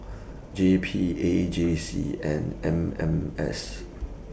J P A J C and M M S